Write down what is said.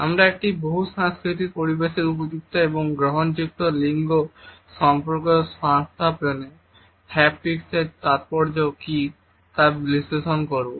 আমরা একটি বহুসাংস্কৃতিক পরিবেশে উপযুক্ত এবং গ্রহণযোগ্য লিঙ্গ সম্পর্ক স্থাপনে হ্যাপটিক্সের তাৎপর্য কী তা বিশ্লেষণ করব